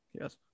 Yes